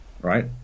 right